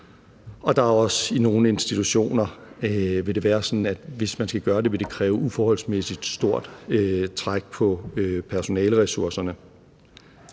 problemer, og i nogle institutioner vil det være sådan, at hvis man skal gøre det, vil det kræve et uforholdsmæssigt stort træk på personaleressourcerne.